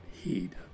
heed